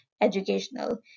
educational